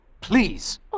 please